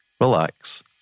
relax